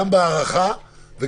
גם בהארכה.